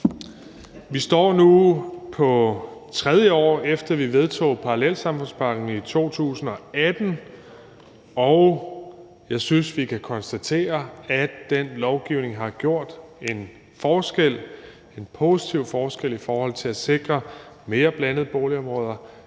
Vi er nu på 3. år, efter vi vedtog parallelsamfundspakken i 2018, og jeg synes, vi kan konstatere, at den lovgivning har gjort en positiv forskel i forhold til at sikre mere blandede boligområder,